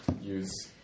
Use